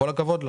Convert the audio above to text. כל הכבוד לו.